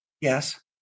Yes